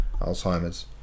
Alzheimer's